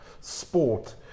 sport